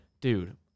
dude